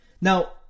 Now